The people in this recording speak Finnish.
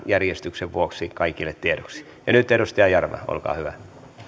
järjestyksen vuoksi kaikille tiedoksi ja nyt edustaja jarva olkaa hyvä